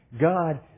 God